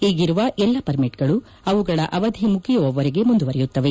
ಈಗಿರುವ ಎಲ್ಲ ಪರ್ಮಿಟ್ಗಳು ಅವುಗಳ ಅವಧಿ ಮುಗಿಯುವವರೆಗೆ ಮುಂದುವರಿಯುತ್ತವೆ